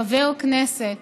חבר כנסת